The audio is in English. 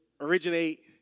originate